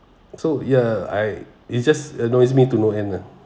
so ya I it's just annoys me to no end lah